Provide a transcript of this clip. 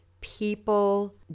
people